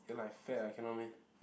ya lah I fat ah cannot meh